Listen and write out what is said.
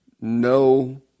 No